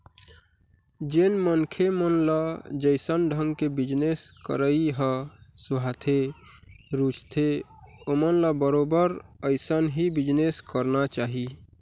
जेन मनखे मन ल जइसन ढंग के बिजनेस करई ह सुहाथे, रुचथे ओमन ल बरोबर अइसन ही बिजनेस करना चाही